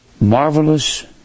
marvelous